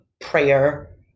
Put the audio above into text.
prayer